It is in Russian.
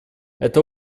это